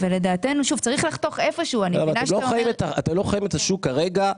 ולדעתנו שוב צריך לחתוך איפשהו -- אבל אתם לא חיים את השוק כרגע,